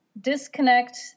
disconnect